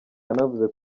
yanavuze